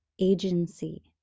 agency